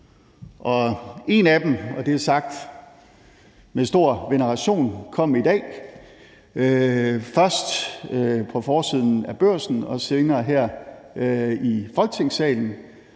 en af dem – og det er sagt med stor veneration – kom i dag, først på forsiden af Børsen og senere her i Folketingssalen,